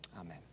Amen